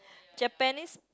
Japanese